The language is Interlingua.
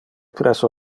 presso